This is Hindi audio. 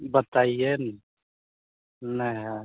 बताइएन नह